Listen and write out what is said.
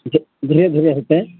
धीरे धीरे होयतै